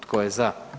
Tko je za?